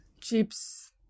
Chips